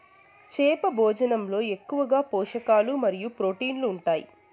చేప భోజనంలో ఎక్కువగా పోషకాలు మరియు ప్రోటీన్లు ఉంటాయి